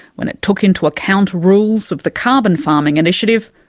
when it took into account rules of the carbon farming initiative,